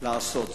לעשות זאת.